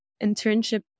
internship